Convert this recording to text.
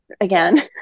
again